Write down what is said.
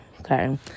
okay